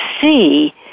see